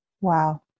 Wow